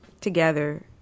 together